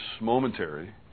momentary